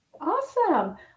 Awesome